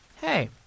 hey